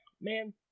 man